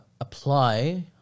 apply